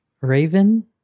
Raven